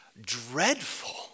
dreadful